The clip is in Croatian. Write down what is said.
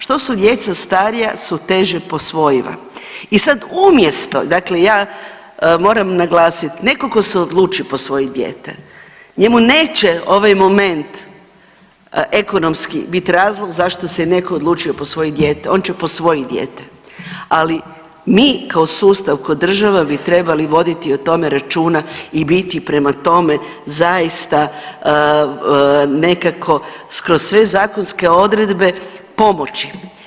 Što su djeca starija su teže posvojiva i sad umjesto dakle ja moram naglasiti, netko tko se odluči posvojiti dijete, njemu neće ovaj moment ekonomski bit razlog zašto se netko odlučio posvojiti dijete, on će posvojiti dijete, ali mi kao sustav, kao država bi trebali voditi o tome računa i biti prema tome zaista nekako kroz sve zakonske odredbe, pomoći.